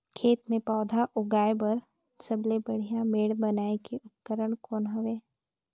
खेत मे पौधा उगाया बर सबले बढ़िया मेड़ बनाय के उपकरण कौन हवे?